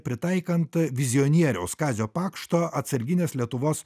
pritaikant vizionieriaus kazio pakšto atsarginės lietuvos